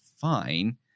fine